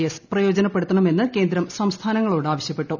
S പ്രയോജനപ്പെടുത്തണമെന്ന് കേന്ദ്രം സംസ്ഥാനങ്ങളോട് ആവശ്യപ്പെട്ടു